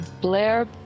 Blair